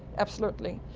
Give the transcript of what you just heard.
absolutely.